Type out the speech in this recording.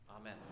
Amen